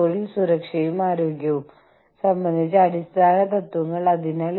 അതിനാൽ പിസ്സയും ബർഗറും ഇവയെല്ലാം എന്താണെന്ന് എല്ലാവർക്കും അറിയാം